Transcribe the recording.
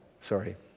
sorry